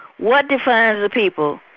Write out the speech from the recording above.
what defines the people?